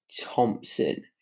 Thompson